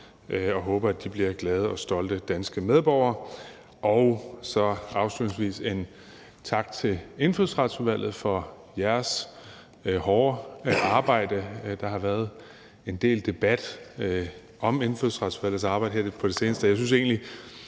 jeg håber, at de bliver glade og stolte danske medborgere. Afslutningsvis vil jeg sige tak til Indfødsretsudvalget for jeres hårde arbejde. Der har været en del debat om Indfødsretsudvalgets arbejde her på det seneste,